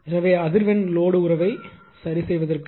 எனவே அதிர்வெண் லோடு உறவை சரிசெய்வதற்கு